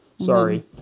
Sorry